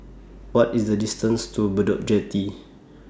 What IS The distance to Bedok Jetty